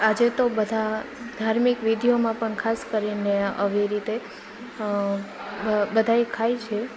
આજે તો બધા ધાર્મિક વિધિઓમાં પણ ખાસ કરીને આવી રીતે બધાય ખાય છે